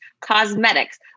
Cosmetics